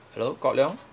hello kwak leong